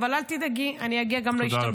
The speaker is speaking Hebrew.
אבל אל תדאגי, אני אגיע גם להשתמטות.